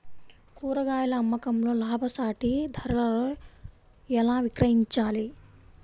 కూరగాయాల అమ్మకంలో లాభసాటి ధరలలో ఎలా విక్రయించాలి?